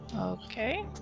Okay